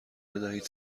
بدهید